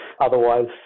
otherwise